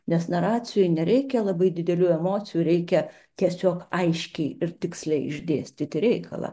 nes naracijoj nereikia labai didelių emocijų reikia tiesiog aiškiai ir tiksliai išdėstyti reikalą